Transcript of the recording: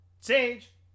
Sage